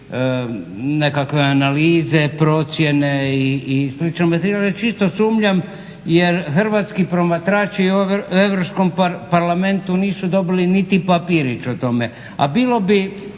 nekakve analize, procjene i slično. Čisto sumnjam jer hrvatski promatrači u Europskom parlamentu nisu dobili niti papirić o tome, a bilo bi